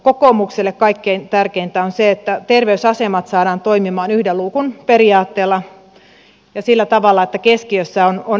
kokoomukselle kaikkein tärkeintä on se että terveysasemat saadaan toimimaan yhden luukun periaatteella ja sillä tavalla että keskiössä on ihminen